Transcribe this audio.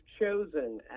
chosen